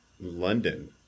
London